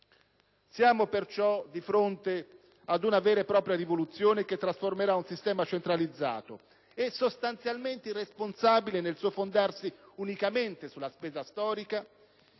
Siamo perciò di fronte ad una vera e propria rivoluzione che trasformerà un sistema centralizzato, e sostanzialmente irresponsabile nel suo fondarsi unicamente sulla spesa storica,